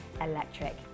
electric